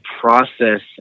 process